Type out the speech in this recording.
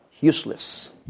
Useless